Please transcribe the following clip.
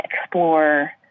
explore